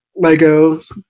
Legos